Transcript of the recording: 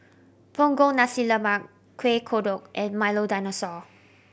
Punggol Nasi Lemak Kueh Kodok and Milo Dinosaur